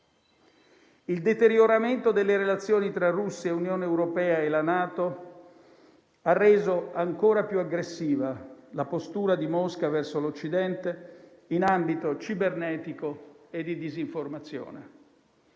Il deterioramento delle relazioni tra Russia, Unione europea e NATO ha reso ancora più aggressiva la postura di Mosca verso l'Occidente in ambito cibernetico e di disinformazione.